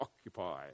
occupy